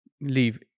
leave